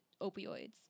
opioids